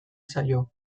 zaio